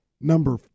Number